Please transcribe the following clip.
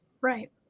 Right